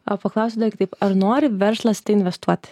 o paklausiu dar kaip ar nori verslas tai investuoti